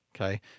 okay